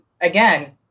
again